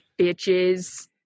Bitches